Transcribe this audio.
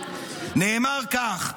נאמר כך,